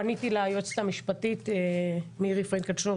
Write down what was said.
פניתי ליועצת המשפטית מירי פרנקל שור,